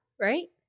right